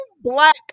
black